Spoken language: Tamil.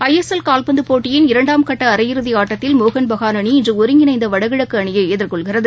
ஐ எஸ் எல் கால்பந்தபோட்டியின் இரண்டாம் கட்டஅரையிறுதிஆட்டத்தில் மோகன் பகான் அணி இன்றுஒருங்கிணைந்தவடகிழக்குஅணியைஎதிர்கொள்கிறது